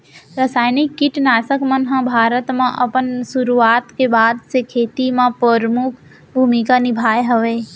रासायनिक किट नाशक मन हा भारत मा अपन सुरुवात के बाद से खेती मा परमुख भूमिका निभाए हवे